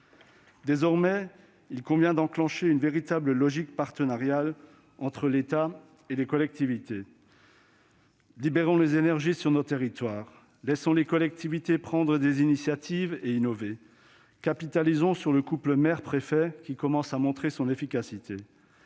Désormais, il convient d'enclencher une véritable logique partenariale entre l'État et les collectivités. Libérons les énergies sur nos territoires ; laissons les collectivités prendre des initiatives et innover ; capitalisons sur le couple maire-préfet, qui commence à montrer son efficacité